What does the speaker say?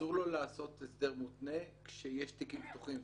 אסור לו לעשות הסדר מותנה כשיש תיקים פתוחים.